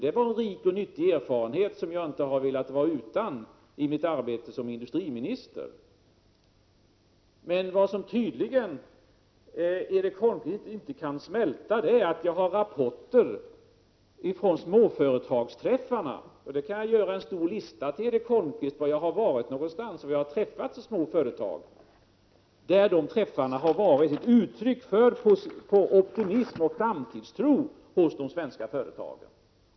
Men det var en rik och nyttig erfarenhet som jag inte har velat vara utan i mitt arbete som industriminister. Vad Erik Holmkvist tydligen inte kan smälta är att jag har rapporter från småföretagsträffar — jag kan göra en stor lista till Erik Holmkvist över var någonstans jag har varit och besökt små företag — där det har givits uttryck för optimism och framtidstro hos de svenska företagen.